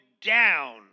down